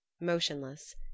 motionless